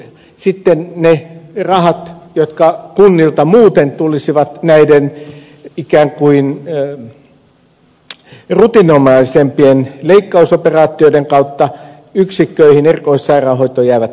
sitten ne rahat jotka kunnilta muuten tulisivat näiden ikään kuin rutiininomaisempien leikkausoperaatioiden kautta yksikköihin erikoissairaanhoitoon jäävät tulematta